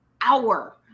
hour